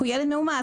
כי הוא ילד מאומץ,